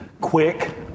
quick